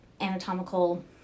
anatomical